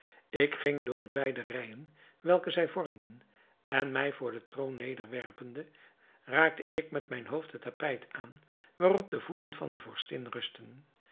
ik ging door de beide rijen welke zij vormden en mij voor den troon nederwerpende raakte ik met mijn hoofd het tapijt aan waarop de voeten van de vorstin rustten